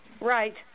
Right